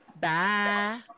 Bye